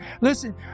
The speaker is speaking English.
Listen